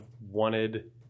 wanted